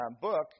book